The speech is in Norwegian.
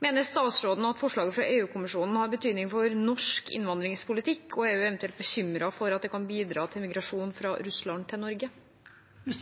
Mener statsråden forslaget fra EU-kommisjonen har betydning for norsk innvandringspolitikk, og er hun bekymret for at det kan bidra til migrasjon fra Russland til Norge?» Jeg